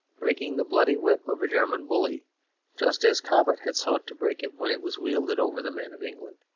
breaking the bloody whip of a german bully just as cobbett had sought to break it when it was wielded over the men of england.